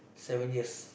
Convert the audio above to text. seven years